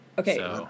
Okay